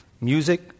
music